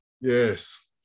Yes